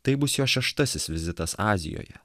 tai bus jo šeštasis vizitas azijoje